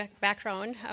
background